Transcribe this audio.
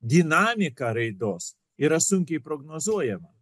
dinamika raidos yra sunkiai prognozuojama